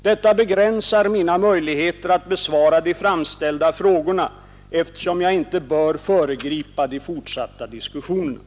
Detta begränsar mina möjligheter att besvara de framställda frågorna, eftersom jag inte bör föregripa de fortsatta diskussionerna.